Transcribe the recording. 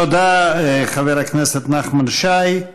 תודה, חבר הכנסת נחמן שי.